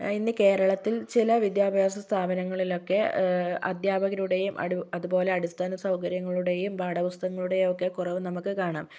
ഇന്ന് കേരളത്തില് ചില വിദ്യാഭ്യാസ സ്ഥാപനങ്ങളിലൊക്കെ അധ്യാപകരുടെയും അതുപോലെ അടിസ്ഥാന സൗകര്യങ്ങളുടെയും പാഠപുസ്തകങ്ങളുടെയും ഒക്കെ കുറവ് നമുക്ക് കാണാം